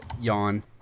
Yawn